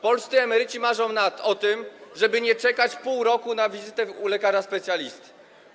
Polscy emeryci marzą o tym, żeby nie czekać pół roku na wizytę u lekarza specjalisty.